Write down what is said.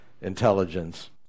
intelligence